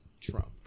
Trump